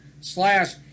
slash